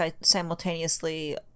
simultaneously